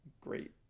great